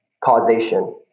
causation